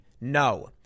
No